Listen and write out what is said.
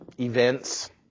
events